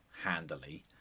handily